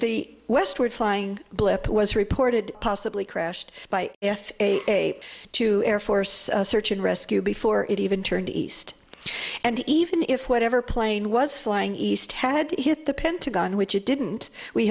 the westward flying blip was reported possibly crashed by if a two air force search and rescue before it even turned east and even if whatever plane was flying east had hit the pentagon which it didn't we